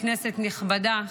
כנסת נכבדה,